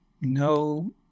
No